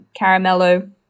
caramello